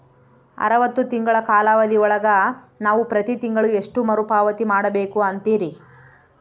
ಅರವತ್ತು ತಿಂಗಳ ಕಾಲಾವಧಿ ಒಳಗ ನಾವು ಪ್ರತಿ ತಿಂಗಳು ಎಷ್ಟು ಮರುಪಾವತಿ ಮಾಡಬೇಕು ಅಂತೇರಿ?